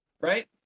Right